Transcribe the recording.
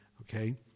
Okay